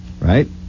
Right